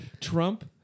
Trump